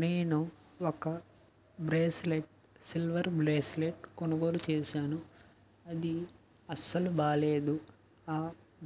నేను ఒక bracelet silver bracelet కొనుగోలు చేశాను అది అస్సలు బాలేదు ఆ